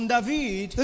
David